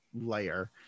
layer